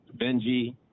Benji